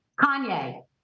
Kanye